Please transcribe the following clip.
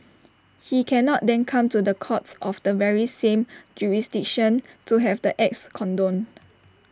he cannot then come to the courts of the very same jurisdiction to have the acts condoned